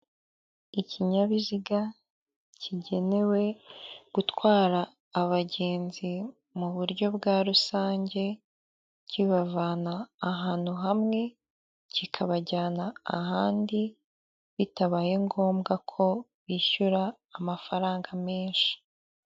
Ikinyabiziga kigenewe gutwara abagenzi mu buryo bwa rusange, kibavana ahantu hamwe, kikabajyana ahandi, bitabaye ngombwa ko bishyura amafaranga menshi.